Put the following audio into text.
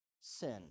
sin